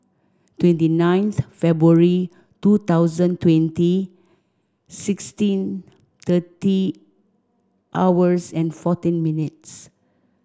twenty ninth February two thousand twenty sixteen thirty hours and fourteen minutes